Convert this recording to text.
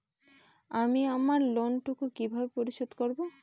আমি আমার লোন টুকু কিভাবে পরিশোধ করব?